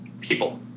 people